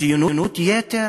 ציונות יתר?